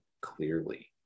clearly